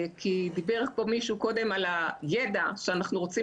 דיבר פה מישהו קודם על הידע שאנחנו רוצים